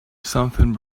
something